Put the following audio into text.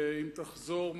שאם תחזור,